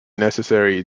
necessary